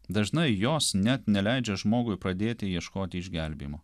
dažnai jos net neleidžia žmogui pradėti ieškoti išgelbėjimo